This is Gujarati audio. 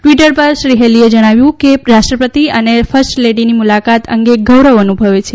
ટ્વીટર પર શ્રી હેલીએ જણાવ્યું કે રાષ્ટ્રપતિ અને ફર્સ્ટ લેડીની મુલાકાત અંગે ગૌરવ અનુભવે છે